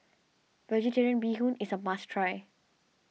Vegetarian Bee Hoon is a must try